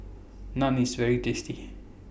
Naan IS very tasty